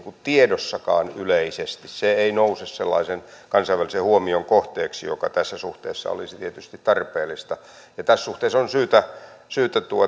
tiedossakaan yleisesti se ei nouse sellaisen kansainvälisen huomion kohteeksi mikä tässä suhteessa olisi tietysti tarpeellista tässä suhteessa on syytä syytä